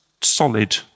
solid